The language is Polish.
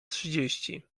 trzydzieści